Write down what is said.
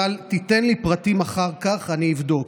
אבל תיתן לי פרטים אחר כך, אני אבדוק.